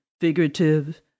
figurative